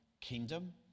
kingdom